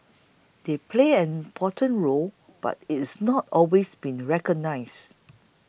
they played an important role but it's not always been recognised